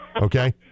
Okay